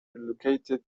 relocated